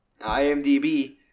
IMDB